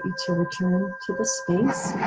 to return to the space.